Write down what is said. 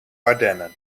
ardennen